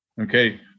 okay